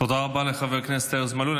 תודה רבה לחבר הכנסת ארז מלול.